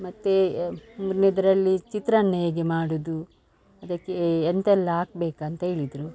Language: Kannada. ಮತ್ತು ಮೂರನೇದ್ರಲ್ಲಿ ಚಿತ್ರಾನ್ನ ಹೇಗೆ ಮಾಡುವುದು ಅದಕ್ಕೇ ಎಂತೆಲ್ಲಾ ಹಾಕಬೇಕಂತ್ಹೇಳಿದ್ರು